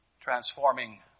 transforming